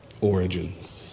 origins